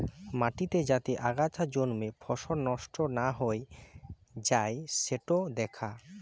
মাটিতে যাতে আগাছা জন্মে ফসল নষ্ট না হৈ যাই সিটো দ্যাখা